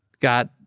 got